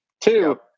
Two